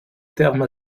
terme